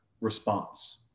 response